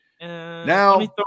Now